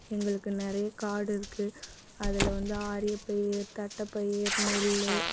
எங்களுக்கு நிறைய காடு இருக்குது அதில் வந்து ஆரியப்பயிர் தட்டைப்பயிர் நெல்